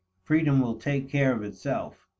freedom will take care of itself.